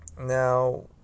Now